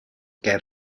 ger